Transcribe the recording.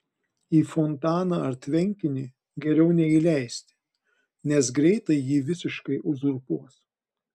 į fontaną ar tvenkinį geriau neįleisti nes greitai jį visiškai uzurpuos